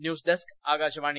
news desk Akashvani